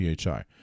PHI